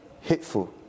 hateful